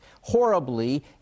horribly